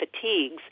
fatigues